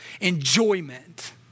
enjoyment